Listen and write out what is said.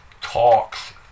talks